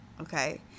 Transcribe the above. okay